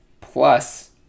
Plus